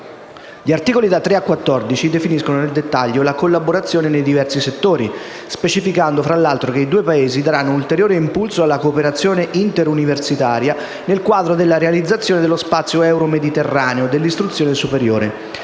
Gli articoli da 3 a 14 definiscono nel dettaglio la collaborazione nei diversi settori, specificando tra l'altro che i due Paesi daranno ulteriore impulso alla cooperazione interuniversitaria, nel quadro della realizzazione dello spazio euromediterraneo dell'istruzione superiore.